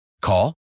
Call